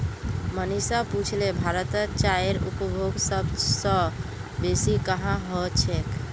मनीष पुछले भारतत चाईर उपभोग सब स बेसी कुहां ह छेक